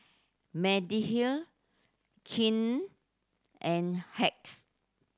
Mediheal King and Hacks